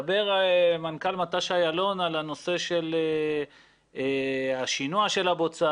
מדבר מנכ"ל מט"ש אילון על הנושא של השינוע של הבוצה